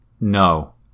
No